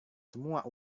semua